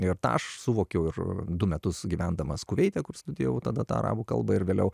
ir tą aš suvokiau du metus gyvendamas kuveite kur studijavau tada tą arabų kalbą ir vėliau